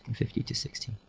and fifty to sixty.